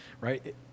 right